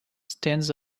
stands